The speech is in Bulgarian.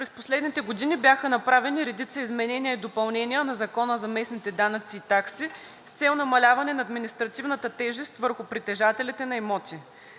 През последните години бяха направени редица изменения и допълнения на Закона за местните данъци и такси с цел намаляване на административната тежест върху притежателите на имоти.